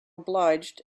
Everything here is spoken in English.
obliged